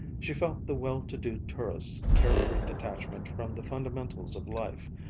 she felt the well-to-do tourist's care-free detachment from the fundamentals of life,